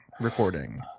recording